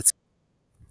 יצירתו